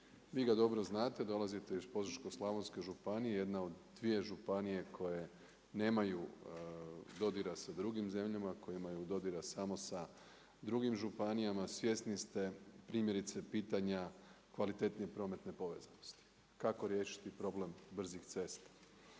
Vi ga dobro znate, dolazite iz Požeško-slavonske županije, jedna od dvije županije koje nemaju dodira sa drugim zemljama, koje imaju dodira samo sa drugim županijama, svjesni ste primjerice pitanja kvalitetnije prometne povezanosti. Kako riješiti problem brzih cesta?